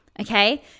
okay